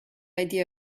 idea